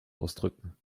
ausdrücken